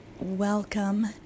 Welcome